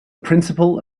principle